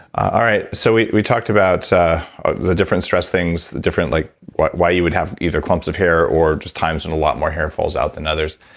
ah all right, so we we talked about the different stress things, like why why you would have either clumps of hair or just times when a lot more hair falls out than others.